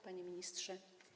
Panie Ministrze!